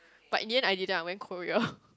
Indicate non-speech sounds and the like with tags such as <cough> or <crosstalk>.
but in the end I didn't I went Korea <laughs>